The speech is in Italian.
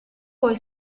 poi